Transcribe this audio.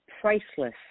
priceless